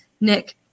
Nick